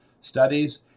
studies